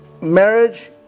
marriage